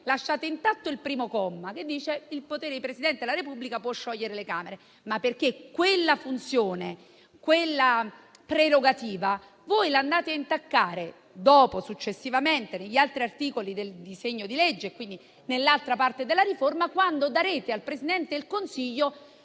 lasciate intatto il primo comma, che dice che è potere del Presidente della Repubblica sciogliere le Camere, ma quella funzione, quella prerogativa voi la andate a intaccare successivamente negli altri articoli del disegno di legge e quindi nell'altra parte della riforma, con la quale rendete il Presidente del Consiglio